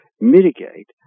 mitigate